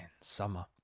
summer